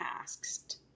asked